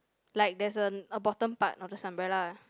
like there's a a bottom part of this umbrella ah